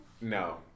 No